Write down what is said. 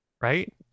right